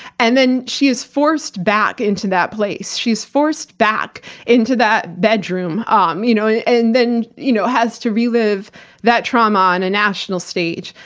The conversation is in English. and then she is forced back into that place. she's forced back into that bedroom, um you know and then you know has to relive that trauma on a national stage.